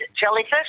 Jellyfish